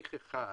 תהליך אחד